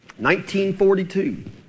1942